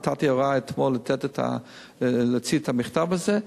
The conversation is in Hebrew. אתמול נתתי הוראה להוציא את המכתב הזה,